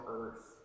earth